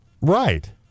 Right